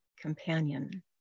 companion